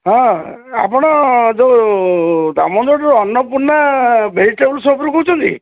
ହଁ ଆପଣ ଯେଉଁ ଦାମନଯୋଡ଼ିରୁ ଅର୍ଣ୍ଣପୂର୍ଣ୍ଣା ଭେଜିଟେବଲ୍ ସପ୍ରୁ କହୁଛନ୍ତି